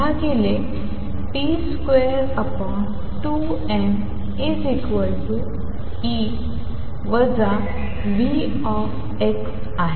भागिले p22mE V